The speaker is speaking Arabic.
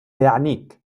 يعنيك